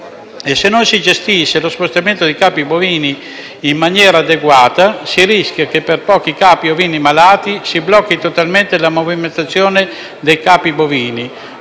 se non si gestisce lo spostamento dei capi bovini in maniera adeguata, si rischia che per pochi capi di ovini malati si blocchi totalmente la movimentazione dei capi bovini.